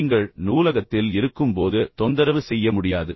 நீங்கள் நூலகத்தில் இருக்கிறீர்கள் எனவே உங்களை தொந்தரவு செய்ய முடியாது